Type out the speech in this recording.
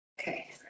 Okay